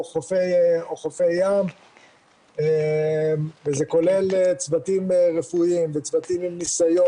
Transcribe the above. חופי ים וזה כולל צוותים רפואיים וצוותים עם ניסיון.